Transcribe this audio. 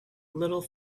little